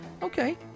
Okay